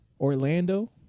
Orlando